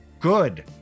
Good